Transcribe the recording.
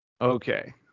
Okay